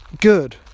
Good